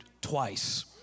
twice